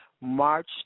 March